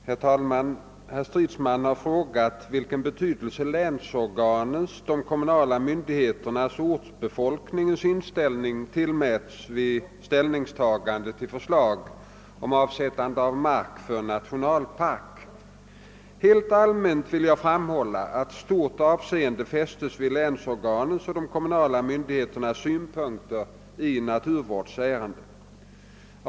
Herr talman! Herr Stridsman har frågat vilken betydelse länsorganens, de kommunala myndigheternas och ortsbefolkningens inställning tillmäts vid ställningstaganden till förslag om avsättande av mark till nationalpark. Helt allmänt vill jag framhålla, att stort avseende fästes vid länsorganens och de kommunala myndigheternas synpunkter i naturvårdsärenden.